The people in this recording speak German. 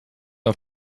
auf